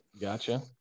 Gotcha